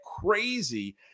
crazy